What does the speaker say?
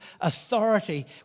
authority